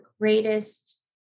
greatest